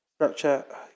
Snapchat